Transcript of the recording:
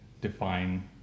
define